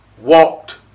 walked